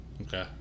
Okay